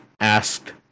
asked